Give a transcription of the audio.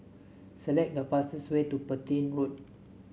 select the fastest way to Petain Road